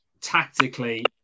tactically